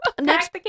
Next